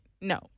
no